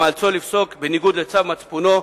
המאלצו לפסוק בניגוד לצו מצפונו,